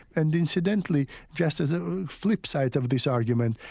and incidentally, just as a flipside of this argument,